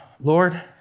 Lord